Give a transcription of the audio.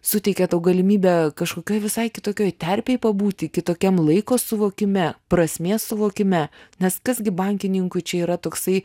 suteikia tau galimybę kažkokioj visai kitokioj terpėj pabūti kitokiam laiko suvokime prasmės suvokime nes kas gi bankininkui čia yra toksai